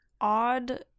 odd